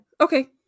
Okay